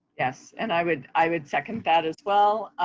yes, and i would i would second that as well.